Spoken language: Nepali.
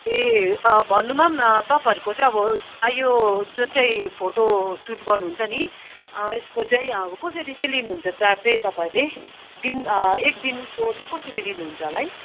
ए अँ भन्नुमा पनि तपाईँहरूको चाहिँ अब यो जुन चाहिँ फोटोसुट गर्नुहुन्छ नि यसको चाहिँ अब कसरी चाहिँ लिनुहुन्छ चार्ज चाहिँ तपाईँहरूले दिन एक दिनको चाहिँ कसरी लिनुहुन्छ होला है